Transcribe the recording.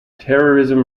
terrorism